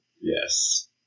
Yes